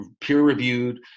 Peer-reviewed